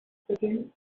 beginnen